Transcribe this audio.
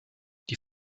die